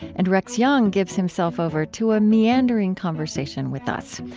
and rex jung gives himself over to a meandering conversation with us,